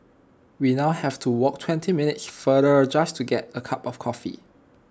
we now have to walk twenty minutes farther just to get A cup of coffee